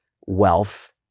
wealth